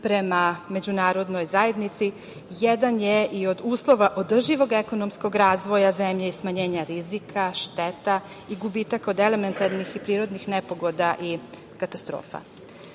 prema međunarodnoj zajednici, jedan je i od uslova održivog ekonomskog razvoja zemlje i smanjenja rizika, šteta i gubitak od elementarnih i prirodnih nepogoda i katastrofa. Značajno